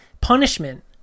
punishment